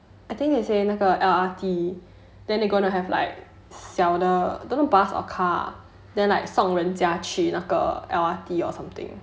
I think they say 那个 L_R_T then they are gonna have like 小的 don't know bus or car then like 送人家去那个 L_R_T or something